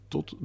Tot